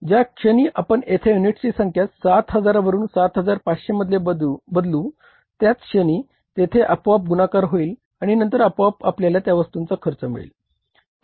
ज्या क्षणी आपण येथे युनिट्सची संख्या 7000 वरून 7500 मध्ये बदलू त्याच क्षणी तेथे आपोआप गुणाकार होईल आणि नंतर आपोआप आपल्याला त्या वस्तूचा खर्च मिळेल